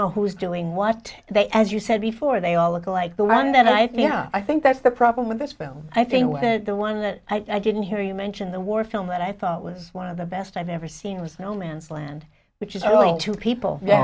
know who's doing what they as you said before they all look alike the one that i think yeah i think that's the problem with this film i think that the one that i didn't hear you mention the war film that i thought was one of the best i've ever seen was no man's land which is sold to people